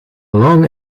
along